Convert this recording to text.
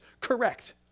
Correct